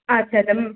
আচ্ছা আচ্ছা